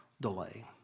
delay